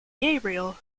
gabriel